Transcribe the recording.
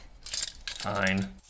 Fine